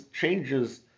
changes